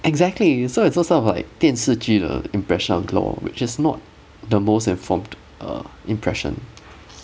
exactly so it's those sort of like 电视剧的 impression of law which is not the most informed uh impression